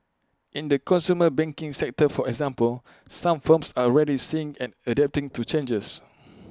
in the consumer banking sector for example some firms are ready seeing and adapting to changes